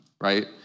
right